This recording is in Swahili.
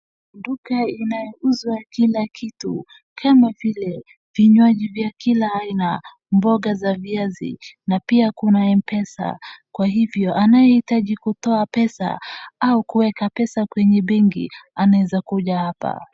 Duka inayouzwa kila kitu kama vile vinywaji vya kila aina, mboga za viazi na pia kuna mpesa, kwa hivyo anayehitaji kutoa pesa au kuweka pesa kwenye benki anaeza kuja hapa.